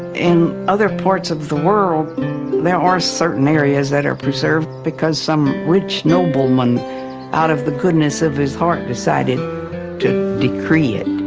in other parts of the world there are certain areas that are preserved because some rich nobleman out of the goodness of his heart decided to decree it.